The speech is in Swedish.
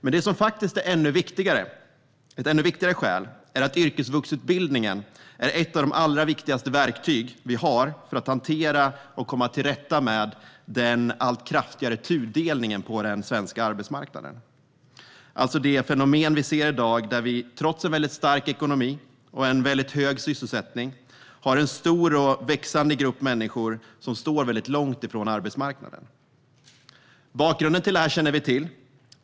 Men ett ännu viktigare skäl är att yrkesvuxutbildningen är ett av de allra viktigaste verktyg vi har för att hantera och komma till rätta med den allt kraftigare tudelningen på den svenska arbetsmarknaden. Det fenomen vi ser i dag är att vi, trots en stark ekonomi och hög sysselsättning, har en stor och växande grupp människor som står långt ifrån arbetsmarknaden. Bakgrunden till detta känner vi till.